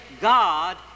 God